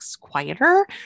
quieter